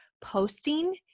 posting